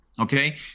Okay